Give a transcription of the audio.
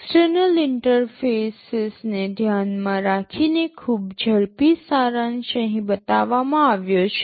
external ઇન્ટરફેસીસને ધ્યાનમાં રાખીને ખૂબ ઝડપી સારાંશ અહીં બતાવવામાં આવ્યો છે